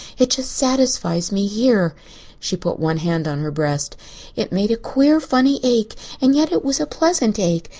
it just satisfies me here she put one hand on her breast it made a queer funny ache and yet it was a pleasant ache.